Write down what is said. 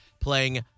playing